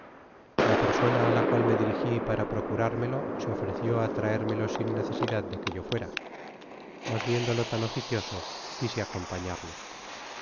la persona á la cual me dirigi para procurármelo se ofrecio á traérmelo sia necesidad de que yo fuera mas viéndolo tan oficioso quise acompañarlo